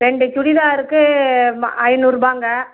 ரெண்டு சுடிதாருக்கு ம ஐந்நூறு ரூபாய்ங்க